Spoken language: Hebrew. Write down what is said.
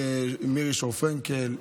מירי שור פרנקל,